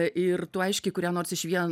ir tu aiškiai kurią nors iš vien